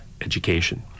education